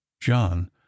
John